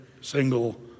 single